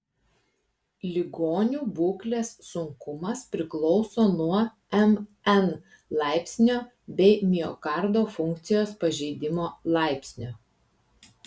ligonių būklės sunkumas priklauso nuo mn laipsnio bei miokardo funkcijos pažeidimo laipsnio